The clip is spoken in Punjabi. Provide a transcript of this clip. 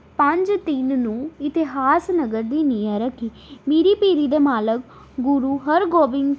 ਪੰਜ ਤਿੰਨ ਨੂੰ ਇਤਿਹਾਸ ਨਗਰ ਦੀ ਨੀਂਹ ਰੱਖੀ ਮੀਰੀ ਪੀਰੀ ਦੇ ਮਾਲਕ ਗੁਰੂ ਹਰਗੋਬਿੰਦ